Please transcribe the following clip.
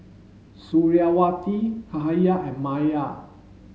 Suriawati Cahaya and Maya